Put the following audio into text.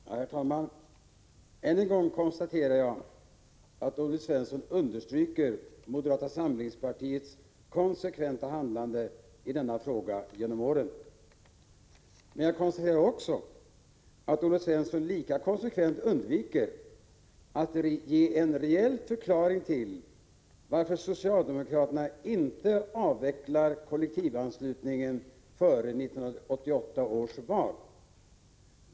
Herr talman! Än en gång konstaterar jag att Olle Svensson understryker moderata samlingspartiets konsekventa handlande i denna fråga genom åren. Men jag konstaterar också att Olle Svensson lika konsekvent undviker att ge en reell förklaring till att socialdemokraterna inte avvecklar kollektivanslutningen före 1988 års val.